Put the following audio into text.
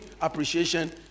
appreciation